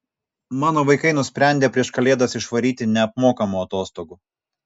mano vaikai nusprendė prieš kalėdas išvaryti neapmokamų atostogų